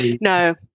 No